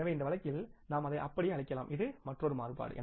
எனவே இந்த வழக்கில் நாம் அதை அப்படி அழைக்கலாம் இது மற்றொரு மாறுபாடு